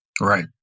right